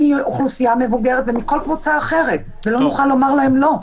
מאוכלוסייה מבוגרת ועוד קבוצות ולא נוכל לומר להם לא.